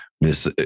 Miss